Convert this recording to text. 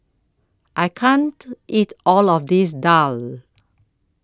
I can't eat All of This Daal